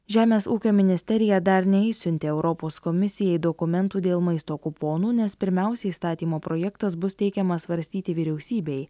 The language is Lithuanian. žemės ūkio ministerija dar neišsiuntė europos komisijai dokumentų dėl maisto kuponų nes pirmiausia įstatymo projektas bus teikiamas svarstyti vyriausybei